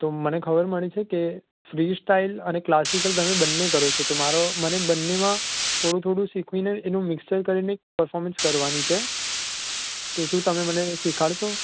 તો મને ખબર મળી છેકે ફ્રી સ્ટાઈલ અને ક્લાસિકલ તમે બંને કરો છો તો મારો મને બંનેમાં થોડું થોડું શિખવીને એનું મિક્ષર કરીને એક પરફોર્મન્સ કરવાની છે તો શું તમે મને શીખવાડશો